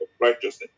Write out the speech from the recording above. righteousness